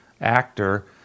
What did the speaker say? actor